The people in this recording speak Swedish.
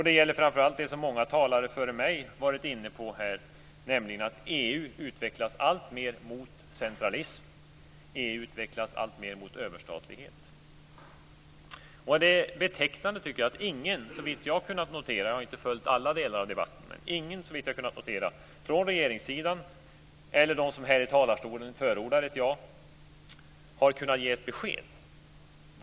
Det gäller framför allt det som många talare före mig varit inne på här, nämligen att EU utvecklas alltmer mot centralism. Jag har inte följt alla delar av debatten, men det är betecknande att ingen från regeringssidan eller någon av de som förordat ett ja från talarstolen såvitt jag har kunnat notera har kunnat ge ett besked.